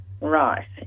Right